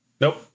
Nope